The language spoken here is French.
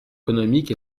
économique